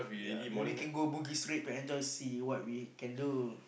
ya we can bugis Street for enjoy see what we can do